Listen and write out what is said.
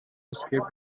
escaped